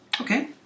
Okay